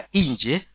inje